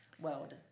world